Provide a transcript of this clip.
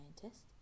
scientist